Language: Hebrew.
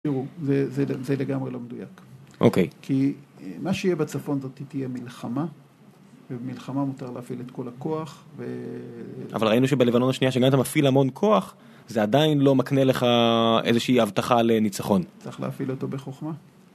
זה לגמרי לא מדויק. אוקיי. כי מה שיהיה בצפון זאת תהיה מלחמה ובמלחמה מותר להפעיל את כל הכוח ו… אבל ראינו שבלבנון השנייה שגם אם אתה מפעיל המון כוח זה עדיין לא מקנה לך איזושהי הבטחה לניצחון. צריך להפעיל אותו בחוכמה.